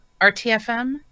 RTFM